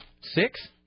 six